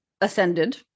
ascended